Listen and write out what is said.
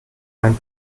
ein